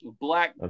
Black